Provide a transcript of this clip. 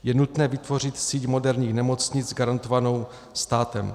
Je nutné vytvořit síť moderních nemocnic garantovanou státem.